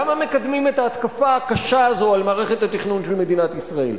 למה מקדמים את ההתקפה הקשה הזו על מערכת התכנון של מדינת ישראל?